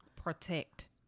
Protect